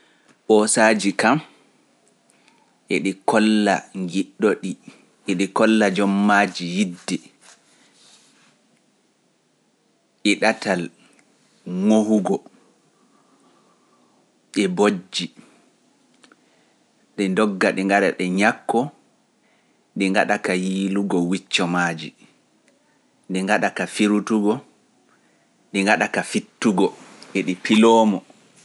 Bosaaji kam eɗi kolla ngiɗɗo ɗi, eɗi kolla jommaaji yidde, dow ɗatal ŋohugo, e bojji, ɗi ndogga ɗi ngaɗa ka ñakkaago, ɗi ngaɗa ka yiilugo wiccomaaji, ɗi ngaɗa ka firutugo, ɗi ngaɗa ka fittugo, eɗi piloo mo.